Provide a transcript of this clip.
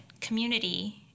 community